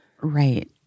Right